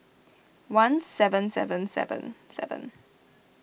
one seven seven seven seven